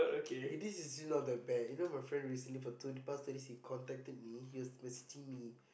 this is still not that bad you know my friend recently for two the past two days he contacted me he was messaging me